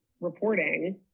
reporting